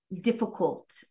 difficult